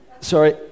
sorry